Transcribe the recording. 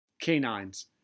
Canines